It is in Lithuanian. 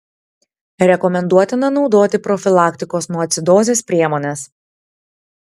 rekomenduotina naudoti profilaktikos nuo acidozės priemones